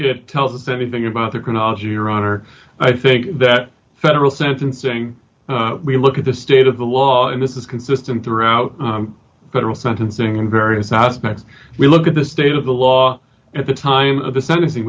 it tells us anything about the chronology your honor i think that federal sentencing we look at the state of the law and this is consistent throughout federal sentencing in various aspects we look at the state of the law at the time of the sentencing